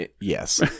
yes